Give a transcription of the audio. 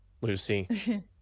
Lucy